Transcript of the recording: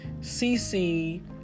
CC